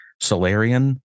solarian